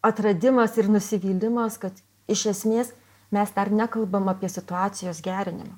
atradimas ir nusivylimas kad iš esmės mes dar nekalbam apie situacijos gerinimą